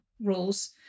rules